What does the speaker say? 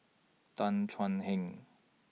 Tan Thuan Heng